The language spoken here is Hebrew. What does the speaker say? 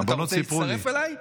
אתה רוצה להצטרף אליי?